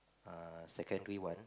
uh secondary one